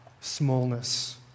smallness